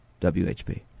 WHP